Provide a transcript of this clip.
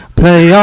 play